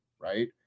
right